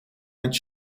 met